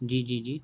جی جی جی